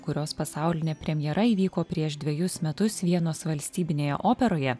kurios pasaulinė premjera įvyko prieš dvejus metus vienos valstybinėje operoje